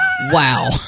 Wow